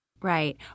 Right